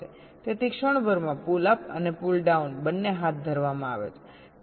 તેથી ક્ષણભરમાં pull up અને પુલ ડાઉન બંને હાથ ધરવામાં આવે છે